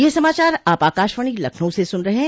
ब्रे क यह समाचार आप आकाशवाणी लखनऊ से सुन रहे हैं